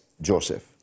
Joseph